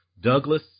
Douglas